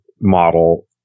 model